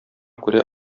күрә